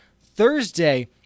Thursday